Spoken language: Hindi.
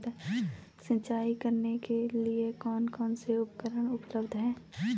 सिंचाई करने के लिए कौन कौन से उपकरण उपलब्ध हैं?